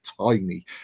tiny